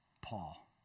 Paul